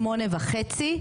מ-20:30.